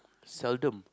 seldom